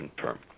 term